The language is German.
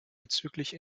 bezüglich